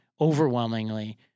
overwhelmingly